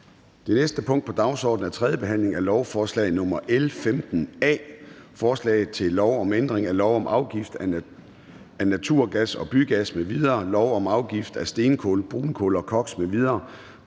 Det næste punkt på dagsordenen er: 10) 3. behandling af lovforslag nr. L 15 A: Forslag til lov om ændring af lov om afgift af naturgas og bygas m.v., lov om afgift af stenkul, brunkul og koks m.v.,